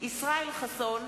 ישראל חסון,